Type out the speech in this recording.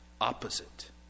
opposite